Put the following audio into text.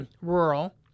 rural